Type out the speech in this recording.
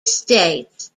states